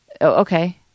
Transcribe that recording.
Okay